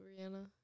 Rihanna